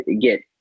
get